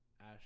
Ash